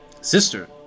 Sister